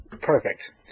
Perfect